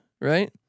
right